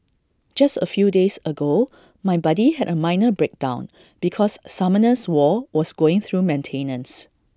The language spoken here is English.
just A few days ago my buddy had A minor breakdown because Summoners war was going through maintenance